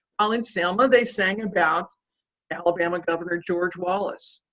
while in selma, they sang about alabama governor george wallace.